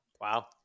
Wow